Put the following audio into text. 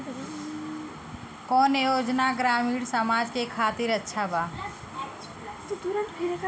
कौन योजना ग्रामीण समाज के खातिर अच्छा बा?